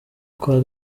kuwa